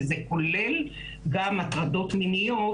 וזה כולל גם הטרדות מיניות,